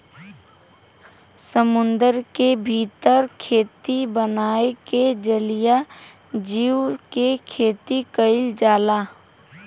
समुंदर के भीतर खेती बनाई के जलीय जीव के खेती कईल जाला